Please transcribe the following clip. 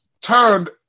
turned